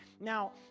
Now